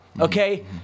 okay